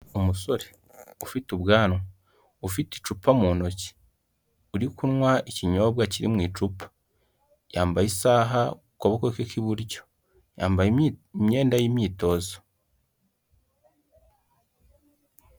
Umusore ufite ubwanwa, ufite icupa mu ntoki, uri kunywa ikinyobwa kiri mu icupa, yambaye isaha kuboko ke k'iburyo, yambaye imyenda y'imyitozo.